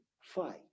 fight